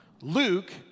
Luke